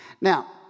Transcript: Now